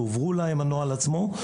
יועבר להם הנוהל עצמו.